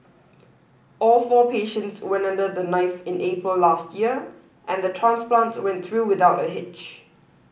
all four patients went under the knife in April last year and the transplants went through without a hitch